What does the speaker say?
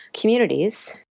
communities